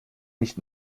nicht